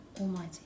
Almighty